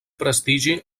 prestigi